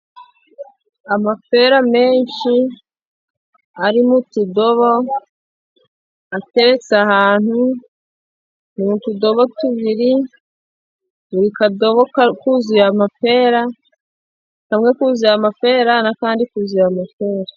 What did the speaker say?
Amapera menshi, ari mu tudobo, ateretse ahantu, ni tudobo tubiriri, buri kadobo kuzuye amapera, kamwe kuzuye amapera n'kandi kuzuye amapera.